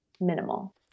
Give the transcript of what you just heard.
minimal